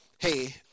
Hey